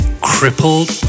crippled